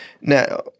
now